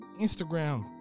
Instagram